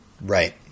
right